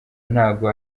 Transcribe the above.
ntago